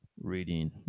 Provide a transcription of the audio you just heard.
Reading